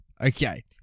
Okay